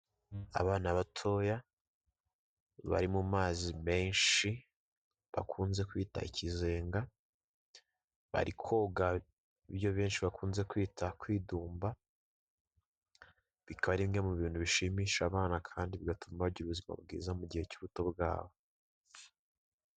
Abana batoya bari mu mazi menshi bakunze kwita ikizenga, bari koga ibyo benshi bakunze kwita kwidumba, bikaba ari bimwe mu bintu bishimisha abana kandi bigatuma bagira ubuzima bwiza mu gihe cy'ubuto bwabo.